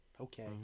Okay